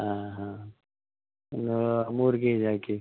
ಹಾಂ ಹಾಂ ಒಂದು ಮೂರು ಕೆಜಿ ಹಾಕಿ